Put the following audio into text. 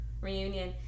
reunion